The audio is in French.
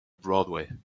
broadway